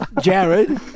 Jared